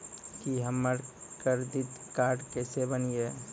की हमर करदीद कार्ड केसे बनिये?